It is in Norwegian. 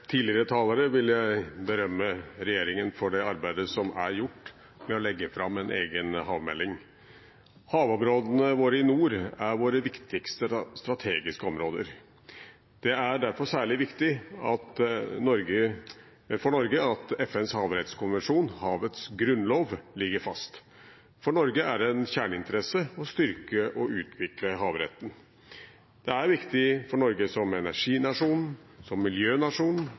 tidligere talere vil jeg berømme regjeringen for det arbeidet som er gjort for å kunne legge fram en egen havmelding. Havområdene våre i nord er våre viktigste strategiske områder. Det er derfor særlig viktig for Norge at FNs havrettskonvensjon – havets grunnlov – ligger fast. For Norge er det en kjerneinteresse å styrke og utvikle havretten. Det er viktig for Norge som energinasjon, som miljønasjon,